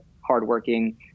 hardworking